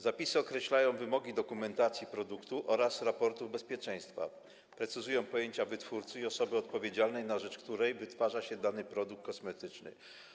Zapisy określają wymogi dokumentacji produktu oraz raportów bezpieczeństwa, precyzują pojęcia wytwórcy i osoby odpowiedzialnej, na rzecz której wytwarza się dany produkt kosmetyczny.